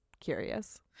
curious